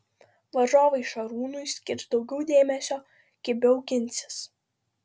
varžovai šarūnui skirs daugiau dėmesio kibiau ginsis